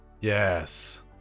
Yes